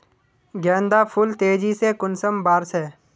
गेंदा फुल तेजी से कुंसम बार से?